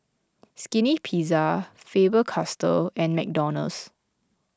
Skinny Pizza Faber Castell and McDonald's